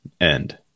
end